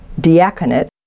diaconate